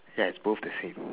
ya it's both the same